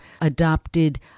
adopted